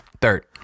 Third